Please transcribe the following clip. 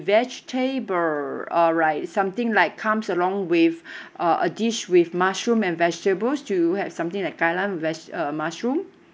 vegetable alright something like comes along with a a dish with mushroom and vegetables do you have something like kai lan with veg~ uh mushroom